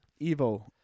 EVO